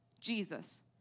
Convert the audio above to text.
jesus